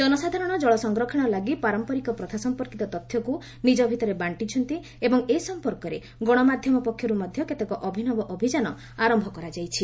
ଜନସାଧାରଣ ଜଳ ସଂରକ୍ଷଣ ଲାଗି ପାରମ୍ପରିକ ପ୍ରଥା ସମ୍ପର୍କିତ ତଥ୍ୟକୁ ନିଜ ଭିତରେ ବାଣ୍ଢିଛନ୍ତି ଏବଂ ଏ ସମ୍ପର୍କରେ ଗଣମାଧ୍ୟମ ପକ୍ଷରୁ ମଧ୍ୟ କେତେକ ଅଭିନବ ଅଭିଯାନ ଆରମ୍ଭ କରାଯାଇଛି